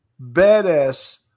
badass